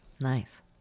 Nice